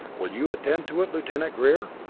will you attend to it, lieutenant greer?